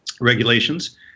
regulations